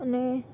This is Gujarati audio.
અને